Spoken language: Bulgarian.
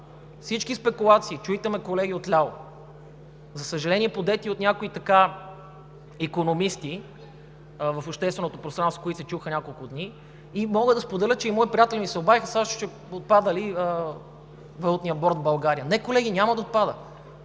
всички спекулации, чуйте ме, колеги отляво, за съжаление, подети от някои икономисти в общественото пространство, които се чуват от няколко дни, и мога да споделя, че и мои приятели ми се обадиха: „Сашо, ще отпада ли валутният борд в България?“ – Не, колеги, няма да отпада!